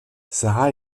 sarah